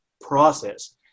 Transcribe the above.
process